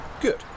Good